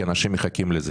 כי אנשים מחכים לזה.